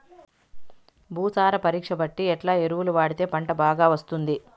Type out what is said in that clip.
భూసార పరీక్ష బట్టి ఎట్లా ఎరువులు వాడితే పంట బాగా వస్తుంది?